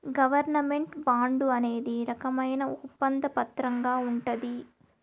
government bond అనేది రకమైన ఒప్పంద పత్రంగా ఉంటది